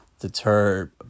deter